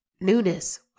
newness